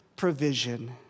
provision